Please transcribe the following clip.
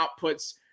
outputs